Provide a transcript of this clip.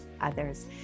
others